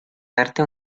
darte